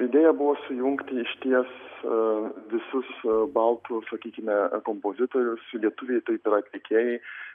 idėja buvo sujungti išties visus baltų sakykime kompozitorius lietuviai taip ir atlikėjai